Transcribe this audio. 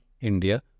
India